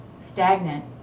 stagnant